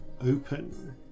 open